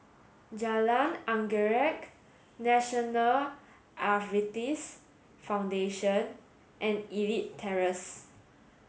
Jalan Anggerek National Arthritis Foundation and Elite Terrace